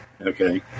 Okay